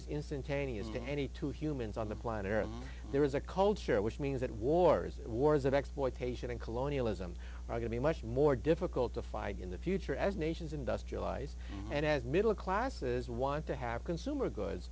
is instantaneous to any two humans on the planet earth there is a culture which means that wars and wars of exploitation and colonialism are going to be much more difficult to fight in the future as nations industrialized and as middle classes want to have consumer goods